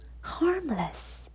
Harmless